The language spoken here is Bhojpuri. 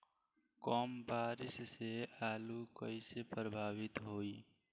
कम बारिस से आलू कइसे प्रभावित होयी?